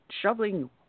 shoveling